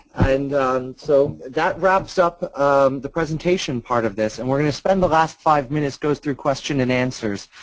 and so that wraps up um the presentation part of this. and we're going to spend the last five minutes going through questions and answers.